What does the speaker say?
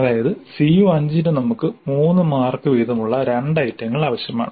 അതായത് CO5 ന് നമുക്ക് 3 മാർക്ക് വീതമുള്ള രണ്ട് ഐറ്റങ്ങൾ ആവശ്യമാണ്